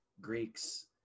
Greeks